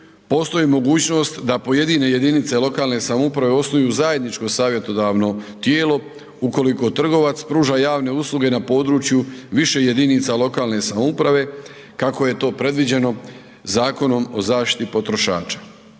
postoji mogućnost da pojedine jedinice lokalne samouprave osnuju zajedničko savjetodavno tijelo ukoliko trgovac pruža javne usluge na području više jedinica lokalne samouprave kako je to predviđeno Zakonom o zaštiti potrošača.